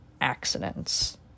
accidents